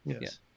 Yes